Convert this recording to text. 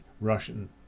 Russian